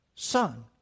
Son